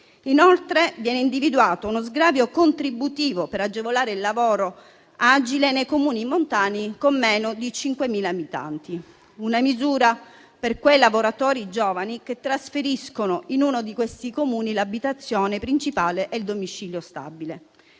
Inoltre, viene individuato uno sgravio contributivo per agevolare il lavoro agile nei Comuni montani con meno di 5.000 abitanti: è una misura per i lavoratori giovani che trasferiscono in uno di questi Comuni l'abitazione principale e il domicilio stabile.